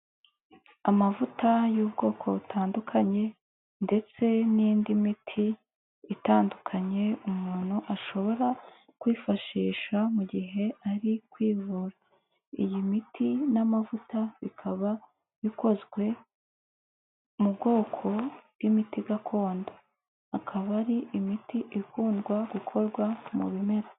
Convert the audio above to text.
Amavuta y'ubwoko butandukanye ndetse n'indi miti itandukanye umuntu ashobora kwifashisha mu gihe ari kwivura, iyi miti n'amavuta bikaba bikozwe mu bwoko bw'imiti gakondo, akaba ari imiti ikundwa gukorwa mu bimera.